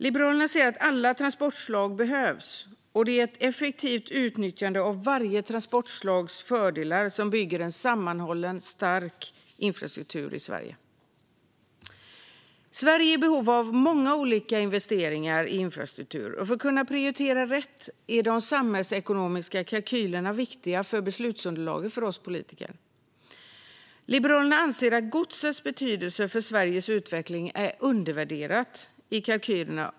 Liberalerna ser att alla transportslag behövs, och det är ett effektivt utnyttjande av varje transportslags fördelar som bygger en sammanhållen stark infrastruktur i Sverige. Sverige är i behov av många olika investeringar i infrastruktur, och för att kunna prioritera rätt är de samhällsekonomiska kalkylerna viktiga som beslutsunderlag för oss politiker. Liberalerna anser att godsets betydelse för Sveriges utveckling är undervärderad i kalkylerna.